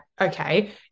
okay